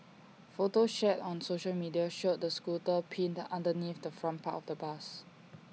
photos shared on social media showed the scooter pinned underneath the front part of the bus